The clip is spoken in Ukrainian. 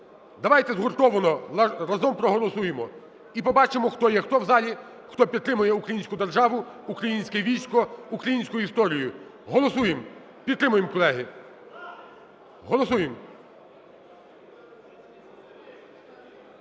Давайте згуртовано разом проголосуємо і побачимо, хто є хто в залі, хто підтримує українську державу, українське військо, українську історію. Голосуємо! Підтримуємо, колеги! Голосуємо!